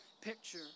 picture